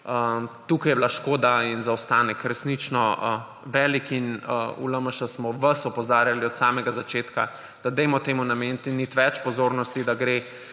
Tukaj sta bila škoda in zaostanek resnično velika in v LMŠ smo vas opozarjali od samega začetka, da dajmo temu nameniti več pozornosti, da gre